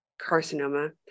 carcinoma